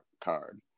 card